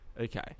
okay